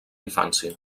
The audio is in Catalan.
infància